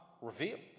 revealed